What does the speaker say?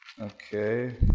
Okay